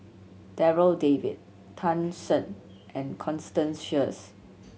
Darryl David Tan Shen and Constance Sheares